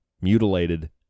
mutilated